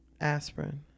Aspirin